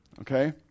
Okay